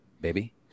baby